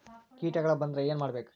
ಕೇಟಗಳ ಬಂದ್ರ ಏನ್ ಮಾಡ್ಬೇಕ್?